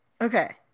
okay